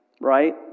right